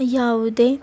ಯಾವುದೇ